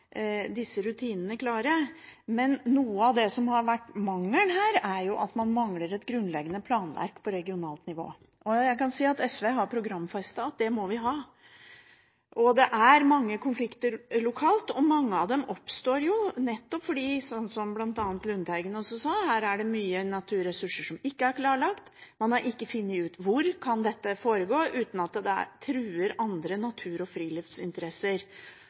disse rutinene klare. Men noe av det som har vært mangelen her, er et grunnleggende planverk på regionalt nivå. Jeg kan si at SV har programfestet at vi må ha det, og det er mange konflikter lokalt. Mange av dem oppstår nettopp fordi – som bl.a. Lundteigen sa – det er naturressurser som ikke er klarlagt her, man har ikke funnet ut hvor dette kan foregå uten at det truer andre natur- og friluftsinteresser,